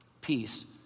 Peace